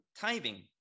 tithing